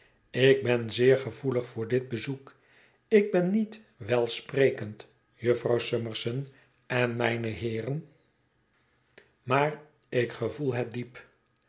ik ben zeer gevoelig voor dit bezoek ik ben niet welsprekend jufvrouw summerson en mijne heeren maar ik gevoel het diep